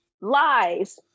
lies